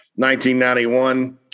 1991